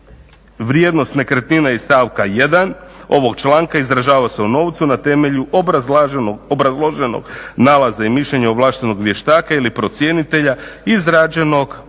vrijednost nekretnine iz stavka 1. ovog članka izražava se u novcu na temelju obrazloženog nalaza i mišljenja ovlaštenog vještaka izrađenog primjenom